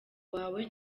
wawe